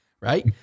Right